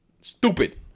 Stupid